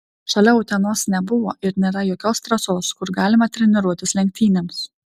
šalia utenos nebuvo ir nėra jokios trasos kur galima treniruotis lenktynėms